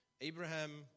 Abraham